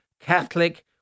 Catholic